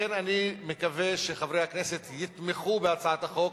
לכן אני מקווה שחברי הכנסת יתמכו בהצעת החוק.